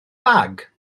bag